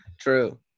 True